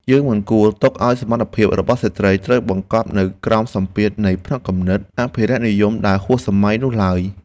យើងមិនគួរទុកឱ្យសមត្ថភាពរបស់ស្ត្រីត្រូវបង្កប់នៅក្រោមសម្ពាធនៃផ្នត់គំនិតអភិរក្សនិយមដែលហួសសម័យនោះឡើយ។